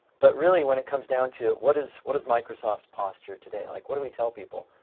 but really when it comes down to what is what is microsoft's posture today? like what do we tell people?